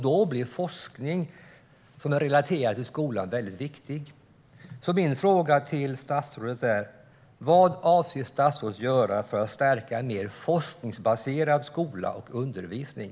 Då blir forskning som är relaterad till skolan viktig. Min fråga till statsrådet är: Vad avser statsrådet att göra för att stärka en mer forskningsbaserad skola och undervisning?